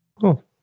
Cool